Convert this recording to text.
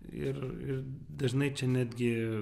ir ir dažnai čia netgi